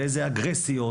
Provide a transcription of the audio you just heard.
ואיזה אגרסיות,